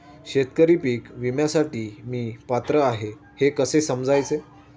शेतकरी पीक विम्यासाठी मी पात्र आहे हे कसे समजायचे?